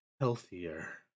healthier